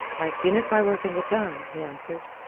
i've been at my work in the town, he answered.